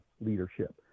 leadership